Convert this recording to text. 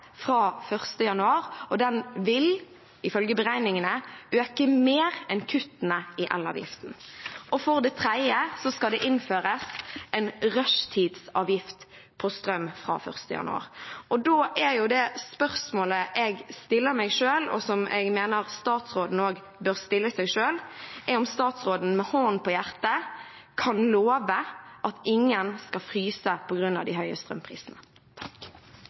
fra 1. januar, og den vil ifølge beregningene øke mer enn kuttene i elavgiften. Og for det tredje skal det innføres en rushtidsavgift på strøm fra 1. januar. Da er spørsmålet jeg stiller meg selv, og som jeg mener statsråden også bør stille seg selv, om statsråden med hånden på hjertet kan love at ingen skal fryse på grunn av de høye strømprisene.